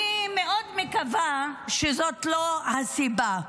אני מאוד מקווה שזאת לא הסיבה,